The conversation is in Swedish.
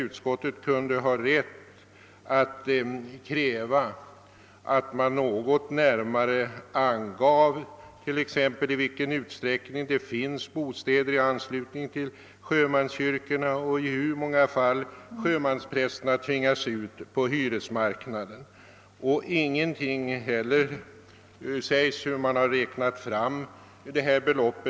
Utskottet kunde ha rätt att kräva närmare uppgifter om t.ex. i vilken utsträckning det finns bostäder i anslutning till sjömanskyrkorna och om i hur många fall sjömansprästerna tvingas ut på hyresmarknaden. Ingenting sägs heller om hur man räknat fram detta belopp.